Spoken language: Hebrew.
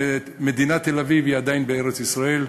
שמדינת תל-אביב היא עדיין בארץ-ישראל,